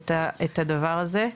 את הדבר הזה.